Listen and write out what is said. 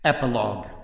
Epilogue